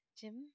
Jim